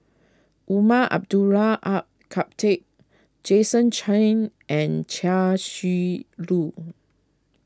Umar Abdullah Al Khatib Jason Chan and Chia Shi Lu